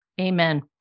Amen